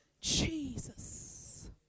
jesus